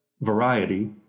variety